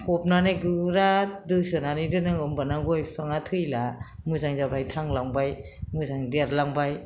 फबनानै गोरा दोसोनानै दोननांगौ होमब्लाना गय बिफाङा थैला मोजां जाबाय थांलांबाय मोजां देरलांबाय